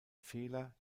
fehler